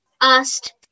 asked